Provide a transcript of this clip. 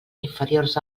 inferiors